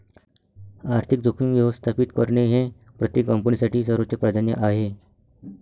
आर्थिक जोखीम व्यवस्थापित करणे हे प्रत्येक कंपनीसाठी सर्वोच्च प्राधान्य आहे